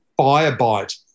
Firebite